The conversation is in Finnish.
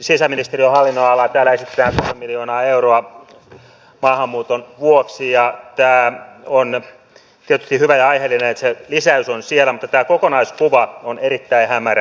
täällä esitetään pari miljoonaa euroa maahanmuuton vuoksi ja tämä on tietysti hyvä ja aiheellinen että se lisäys on siellä mutta tämä kokonaiskuva on erittäin hämärä